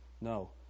No